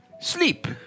sleep